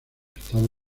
estados